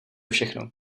všechno